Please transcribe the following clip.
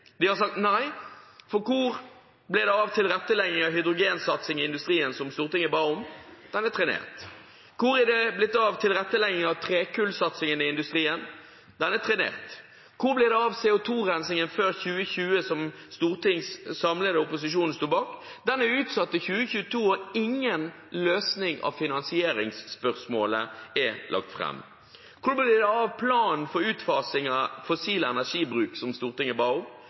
De har sagt nei – for hvor ble det av tilretteleggingen for hydrogensatsing i industrien, som Stortinget ba om? Den er trenert. Hvor er det blitt av tilretteleggingen for trekullsatsing i industrien? Den er trenert. Hvor ble det av CO 2 -rensing før 2020, som Stortingets samlede opposisjon sto bak? Den er utsatt til 2022, og ingen løsning av finansieringsspørsmålet er lagt fram. Hvor ble det av planen for utfasing av fossil energibruk, som Stortinget ba om?